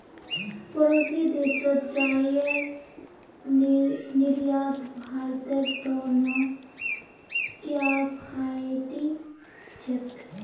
पड़ोसी देशत चाईर निर्यात भारतेर त न किफायती छेक